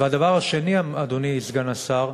והדבר השני, אדוני סגן השר,